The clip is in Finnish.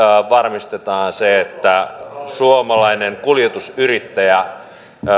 varmistetaan se että suomalainen kuljetusyrittäjä